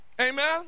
Amen